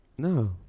No